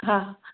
हा